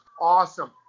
awesome